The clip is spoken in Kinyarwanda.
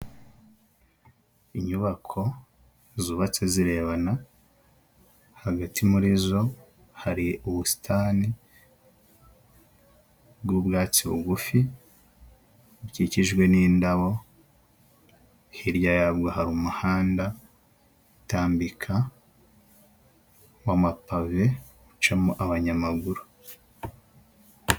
Inyubako zubatse zirebana, hagati muri zo hari ubusitani bw'ubwatsi bugufi bukikijwe n'indabo, hirya yabwo hari umuhanda utambika w'amapave ucamo abanyamaguru.